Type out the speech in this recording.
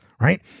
right